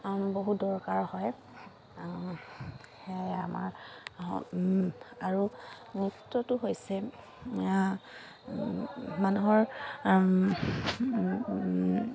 বহুত দৰকাৰ হয় সেয়াই আমাৰ আৰু নৃত্যটো হৈছে মানুহৰ